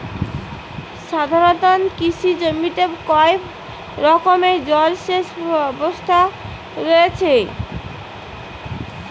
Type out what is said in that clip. সাধারণত কৃষি জমিতে কয় রকমের জল সেচ ব্যবস্থা রয়েছে?